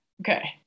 Okay